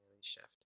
shift